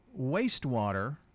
wastewater